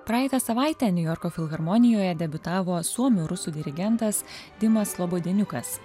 praeitą savaitę niujorko filharmonijoje debiutavo suomių rusų dirigentas timas labodieniukas